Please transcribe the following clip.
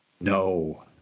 No